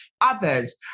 others